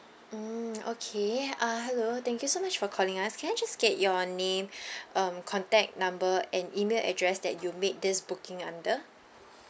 mm okay uh hello thank you so much for calling us can I just get your name um contact number and email address that you made this booking under